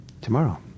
tomorrow